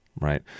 right